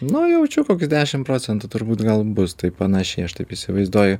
nu jaučiu koks dešim procentų turbūt gal bus taip panašiai aš taip įsivaizduoju